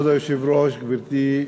כבוד היושבת-ראש, גברתי,